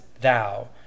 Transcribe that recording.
thou